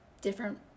different